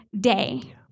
day